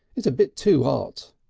it's a bit too ot.